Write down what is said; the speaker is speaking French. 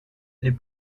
les